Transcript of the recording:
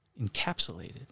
encapsulated